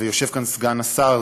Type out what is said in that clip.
יושב כאן סגן השר,